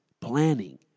planning